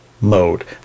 mode